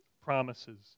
promises